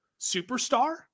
superstar